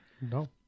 No